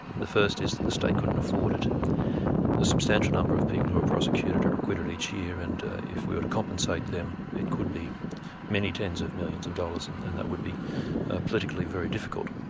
the first is that the state couldn't afford it a substantial number of people who are prosecuted are acquitted each year, and if we were to compensate them it could be many tens of millions of dollars, and and that would be politically very difficult.